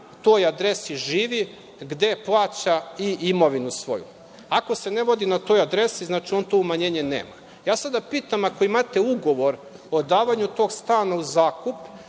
toj adresi živi gde plaća i imovinu svoju. Ako se ne vodi na toj adresi, on to umanjenje nema. Ja sada pitam, ako imate ugovor o davanju tog stana u zakup